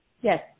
yes